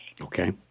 Okay